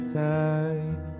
time